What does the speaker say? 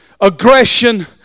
aggression